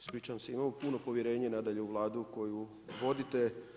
Ispričavam se, imamo puno povjerenje nadalje u Vladu koju vodite.